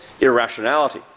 irrationality